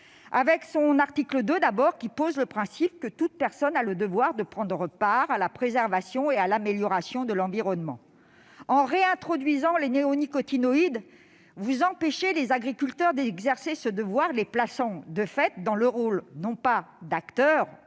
à son article 2, qui pose le principe selon lequel « toute personne a le devoir de prendre part à la préservation et à l'amélioration de l'environnement ». En réintroduisant les néonicotinoïdes, vous empêchez les agriculteurs d'exercer ce devoir, les plaçant de fait dans le rôle, non pas d'acteur